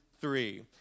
three